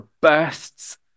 bursts